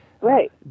Right